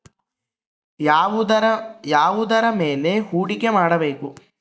ಯಾವುದರ ಮೇಲೆ ಹೂಡಿಕೆ ಮಾಡಬೇಕು?